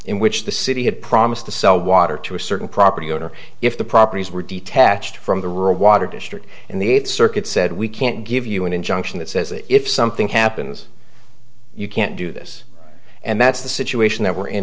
in which the city had promised to sell water to a certain property owner if the properties were detached from the rural water district and the eighth circuit said we can't give you an injunction that says if something happens you can't do this and that's the situation that we're in